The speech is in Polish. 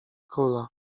króla